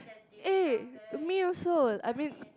eh me also I mean